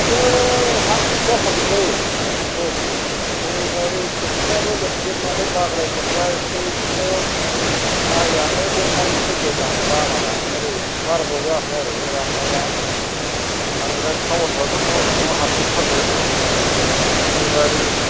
आयौ हानथुसे जाथारदोंलै नंगौ एखेबारे खोथियाबो लोमजोबनानै बाग्राय जोबबाय एख्रि सिथलायाव माइआनो लोमनानै सेवलायदों आंना बानाया नै बारा गोबाव जायाखै आरो राननाया आर बेलाय थावनफ्रावथ' न' सिङाव हाबजोब थारदों एखेबारे